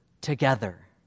together